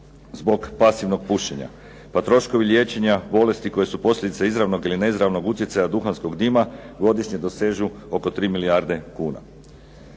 zbog pasivnog pušenja pa troškovi liječenja bolesti koje su posljedica izravnog ili neizravnog utjecaja duhanskog dima godišnje dosežu oko 3 milijarde kuna.